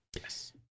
yes